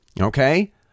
Okay